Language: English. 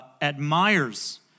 admires